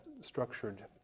structured